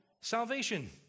salvation